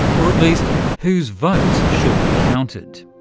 or at least whose votes should be counted.